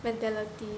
mentality